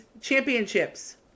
championships